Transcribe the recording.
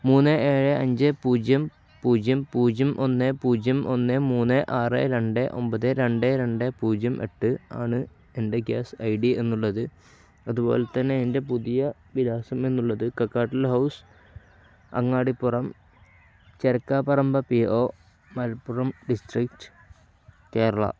മൂന്ന് ഏഴ് അഞ്ച് പൂജ്യം പൂജ്യം പൂജ്യം ഒന്ന് പൂജ്യം ഒന്ന് മൂന്ന് ആറ് രണ്ട് ഒമ്പത് രണ്ട് രണ്ട് പൂജ്യം എട്ട് ആണ് എൻ്റെ ഗ്യാസ് ഐ ഡി എന്നുള്ളത് അതുപോലെ തന്നെ എൻ്റെ പുതിയ വിലാസം എന്നുള്ളത് കക്കാട്ടിൽ house Angadipuram Cherakaparamba P O Malappuram district Kerala